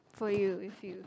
for you if you